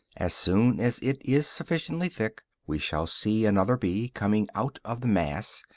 as soon as it is sufficiently thick, we shall see another bee coming out of the mass.